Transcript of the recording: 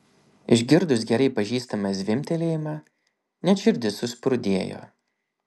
išgirdus gerai pažįstamą zvimbtelėjimą net širdis suspurdėjo